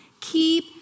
Keep